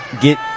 get